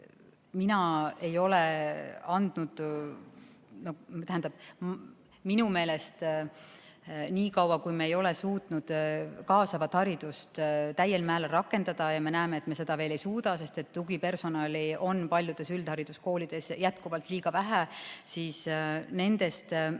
gümnaasiumidegagi. Minu meelest, niikaua kui me ei ole suutnud kaasavat haridust täiel määral rakendada – ja me näeme, et me seda veel ei suuda, sest tugipersonali on paljudes üldhariduskoolides jätkuvalt liiga vähe –, siis nendest